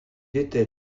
était